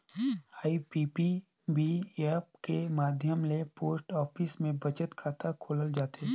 IPPB app कर माध्यम ले पोस्ट ऑफिस में बचत खाता खोलल जाथे